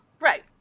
Right